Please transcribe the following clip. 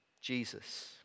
Jesus